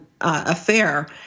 affair